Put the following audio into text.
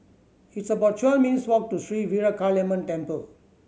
it's about twelve minutes' walk to Sri Veeramakaliamman Temple